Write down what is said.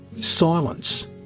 silence